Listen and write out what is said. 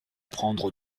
prendre